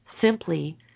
simply